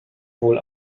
wohl